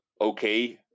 okay